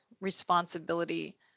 responsibility